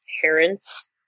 parents